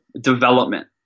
development